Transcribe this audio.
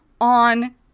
on